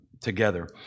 together